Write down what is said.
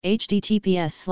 https